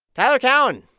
tyler cowen,